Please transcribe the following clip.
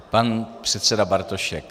Pan předseda Bartošek.